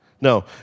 No